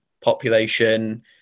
population